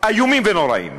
איומים ונוראים.